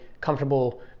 comfortable